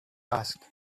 asked